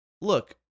Look